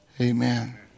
Amen